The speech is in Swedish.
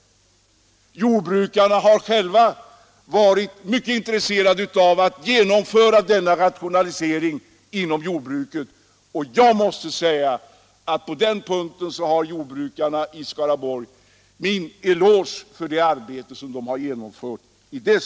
Jordbrukarna har själva varit mycket intresserade av att genomföra en rationalisering inom jordbruket. På den punkten vill jag ge jordbrukarna i Skaraborgs län en eloge för det arbete som de har utfört.